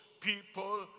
people